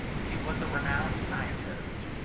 he was a renowned scientist.